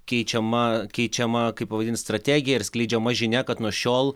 keičiama keičiama kaip pavadinti strategija ir skleidžiama žinia kad nuo šiol